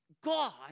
God